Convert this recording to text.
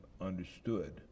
understood